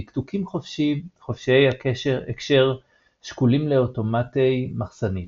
דקדוקים חופשיי הקשר שקולים לאוטומטי מחסנית,